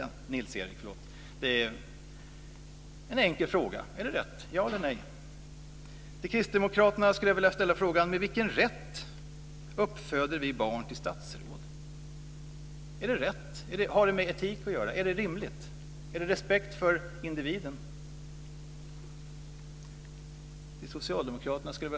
Det är en enkel fråga. Är det rätt - ja eller nej? Till Kristdemokraterna skulle jag vilja ställa frågan: Med vilken rätt uppföder vi barn till statschefer? Är det rätt? Har det med etik att göra? Är det rimligt? Visar det respekt för individen?